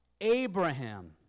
Abraham